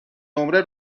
نمره